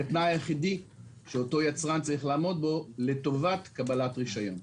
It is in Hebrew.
כתנאי יחידי שאותו יצרן צריך לעמוד בו לטובת קבלת רישיון.